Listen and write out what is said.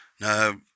now